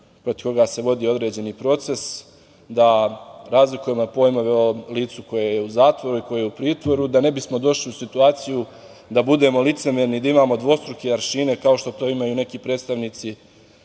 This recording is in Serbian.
protiv koga se vodi određeni proces, da razlikujemo pojmove o licu koje je u zatvoru i koje je u pritvoru da ne bismo došli u situaciju da budemo licemerni, da imamo dvostruke aršine, kao što to imaju neki predstavnici